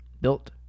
Built